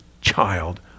child